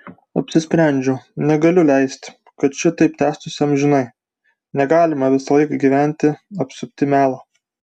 apsisprendžiau negaliu leisti kad šitaip tęstųsi amžinai negalime visąlaik gyventi apsupti melo